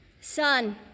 Son